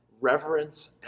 reverence